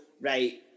right